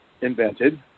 invented